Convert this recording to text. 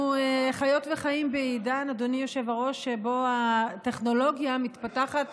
אנחנו חיות וחיים בעידן שבו הטכנולוגיה מתפתחת